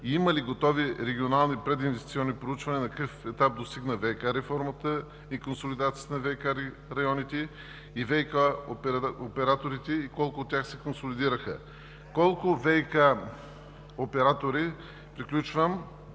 Има ли готови регионални прединвестиционни проучвания? На какъв етап достигна ВиК реформата и консолидацията на ВиК районите и ВиК операторите, и колко от тях се консолидираха? Колко ВиК оператори имат